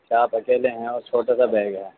اچھا آپ اکیلے ہیں اور چھوٹا سا بیگ ہے